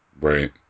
right